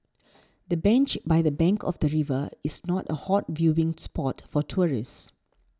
the bench by the bank of the river is not a hot viewing spot for tourists